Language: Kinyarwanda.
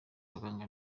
abaganga